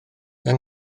yng